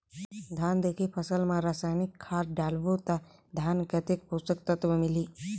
धान देंके फसल मा रसायनिक खाद डालबो ता धान कतेक पोषक तत्व मिलही?